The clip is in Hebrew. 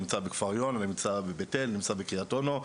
הוא נמצא בכפר יונה, בבית אל ובקרית אונו.